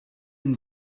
and